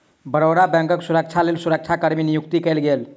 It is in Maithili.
बड़ौदा बैंकक सुरक्षाक लेल सुरक्षा कर्मी नियुक्त कएल गेल